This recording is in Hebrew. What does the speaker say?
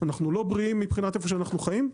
אנחנו לא בריאים מבחינת איפה שאנחנו חיים,